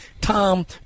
Tom